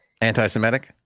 anti-semitic